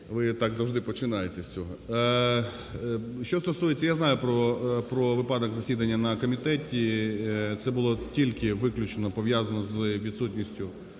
Ви так завжди починаєте з цього. Що стосується, я знаю про випадок, засідання на комітеті. Це було тільки виключно пов'язано з відсутністю